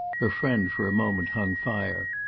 her friend for a moment hung fire.